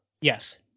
Yes